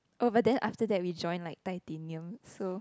oh but then after that we join like titinium so